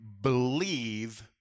believe